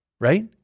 right